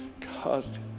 God